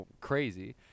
crazy